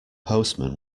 postman